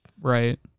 Right